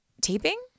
Taping